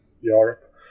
Europe